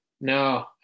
no